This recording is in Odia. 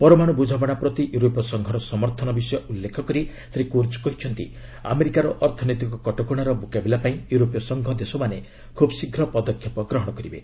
ପରମାଣୁ ବୁଝାମଣା ପ୍ରତି ୟୁରୋପୀୟ ସଂଘର ସମର୍ଥନ ବିଷୟ ଉଲ୍ଲେଖ କରି ଶ୍ରୀ କୁର୍ଜ କହିଛନ୍ତି ଆମେରିକାର ଅର୍ଥନୈତିକ କଟକଣାର ମୁକାବିଲାପାଇଁ ୟୁରୋପୀୟ ସଂଘ ଦେଶମାନେ କୁବ୍ ଶୀଘ୍ର ପଦକ୍ଷେପ ଗ୍ରହଣ କରିବେ